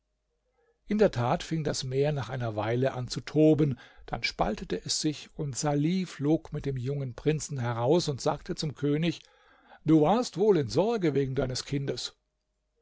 in der tat fing das meer nach einer weile an zu toben dann spaltete es sich und salih flog mit dem jungen prinzen heraus und sagte zum könig du warst wohl in sorge wegen deines kindes